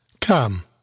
Come